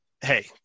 hey